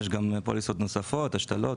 ויש גם פוליסות נוספות: השתלות,